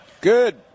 Good